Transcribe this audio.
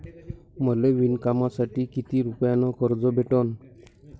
मले विणकामासाठी किती रुपयानं कर्ज भेटन?